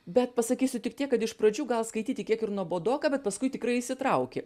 bet pasakysiu tik tiek kad iš pradžių gal skaityti kiek ir nuobodoka bet paskui tikrai įsitrauki